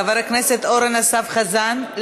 חבר הכנסת אורן אסף חזן.